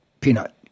peanut